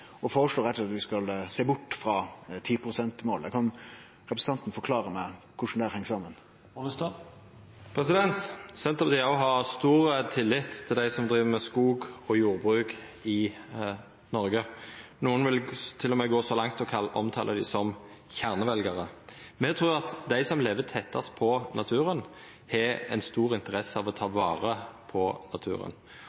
og foreslår rett og slett at vi skal sjå bort frå 10 pst.-målet. Kan representanten forklare meg korleis dette heng saman? Senterpartiet har òg stor tillit til dei som driv med skog- og jordbruk i Noreg. Nokre vil til og med gå så langt som å omtala dei som kjerneveljarar. Me trur at dei som lever tettast på naturen, har ei stor interesse av å ta